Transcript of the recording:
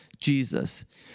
Jesus